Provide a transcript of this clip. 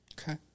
Okay